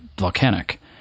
volcanic